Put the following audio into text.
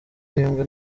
n’imbwa